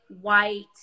white